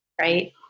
Right